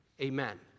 amen